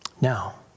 Now